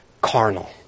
carnal